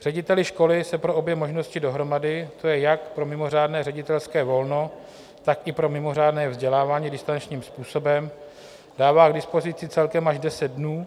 Řediteli školy se pro obě možnosti dohromady, to jest jak pro mimořádné ředitelské volno, tak i pro mimořádné vzdělávání distančním způsobem, dává k dispozici celkem až deset dnů.